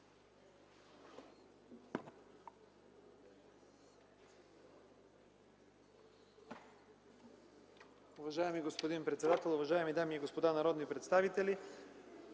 Уважаеми господин председател, уважаеми дами и господа народни представители!